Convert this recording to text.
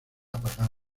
pagano